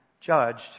judged